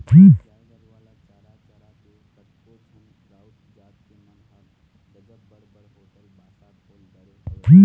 आज गाय गरुवा ल चरा चरा के कतको झन राउत जात के मन ह गजब बड़ बड़ होटल बासा खोल डरे हवय